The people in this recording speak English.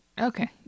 Okay